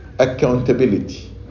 accountability